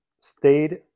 stayed